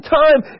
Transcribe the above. time